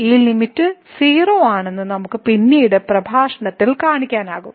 ഈ ലിമിറ്റ് 0 ആണെന്ന് നമുക്ക് പിന്നീട് പ്രഭാഷണത്തിൽ കാണാനാകും